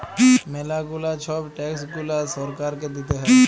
ম্যালা গুলা ছব ট্যাক্স গুলা সরকারকে দিতে হ্যয়